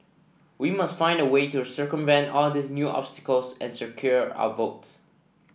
we must find a way to circumvent all these new obstacles and secure our votes